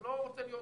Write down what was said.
אני לא רוצה להיות